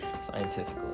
Scientifically